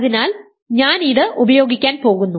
അതിനാൽ ഞാൻ ഇത് ഉപയോഗിക്കാൻ പോകുന്നു